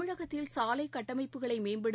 தமிழகத்தில் சாலைகட்டமைப்புகளைமேம்படுத்த